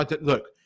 look